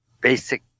basic